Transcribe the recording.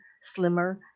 slimmer